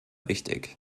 wichtig